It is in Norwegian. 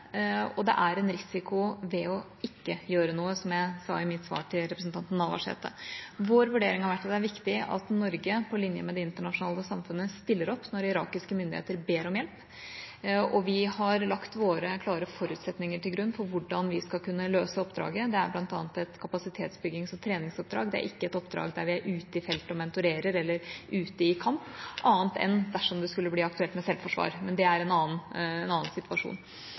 og det er en risiko ved å ikke gjøre noe, som jeg sa i mitt svar til representanten Navarsete. Vår vurdering har vært at det er viktig at Norge – på linje med det internasjonale samfunnet – stiller opp når irakiske myndigheter ber om hjelp. Vi har lagt våre klare forutsetninger til grunn for hvordan vi skal kunne løse oppdraget. Det er bl.a. et kapasitetsbyggings- og treningsoppdrag – det er ikke et oppdrag der vi er ute i felt og mentorerer eller er ute i kamp, bortsett fra dersom det skulle bli aktuelt med selvforsvar. Men det er en annen